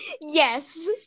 Yes